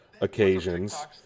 occasions